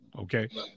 Okay